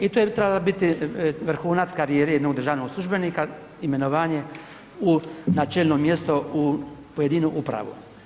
I to je trebala biti vrhunac karijere jednog državnog službenika, imenovanje na čelno mjesto u pojedinu upravu.